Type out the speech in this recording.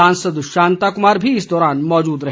सांसद शांता कुमार भी इस दौरान मौजूद रहे